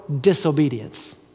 disobedience